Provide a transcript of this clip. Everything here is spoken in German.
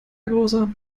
großer